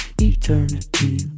Eternity